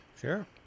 Sure